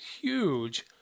Huge